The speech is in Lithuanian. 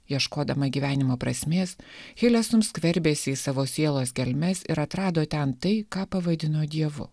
ieškodama gyvenimo prasmės hilesum skverbėsi į savo sielos gelmes ir atrado ten tai ką pavadino dievu